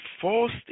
forced